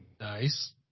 Nice